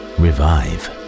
revive